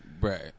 right